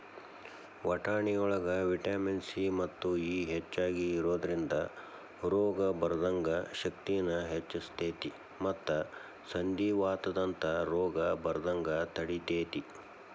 ವಟಾಣಿಯೊಳಗ vitamin C ಮತ್ತು E ಹೆಚ್ಚಾಗಿ ಇರೋದ್ರಿಂದ ರೋಗ ಬರದಂಗ ಶಕ್ತಿನ ಹೆಚ್ಚಸ್ತೇತಿ ಮತ್ತ ಸಂಧಿವಾತದಂತ ರೋಗ ಬರದಂಗ ತಡಿತೇತಿ